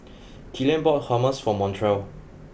Killian bought Hummus for Montrell